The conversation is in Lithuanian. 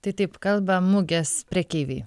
tai taip kalba mugės prekeiviai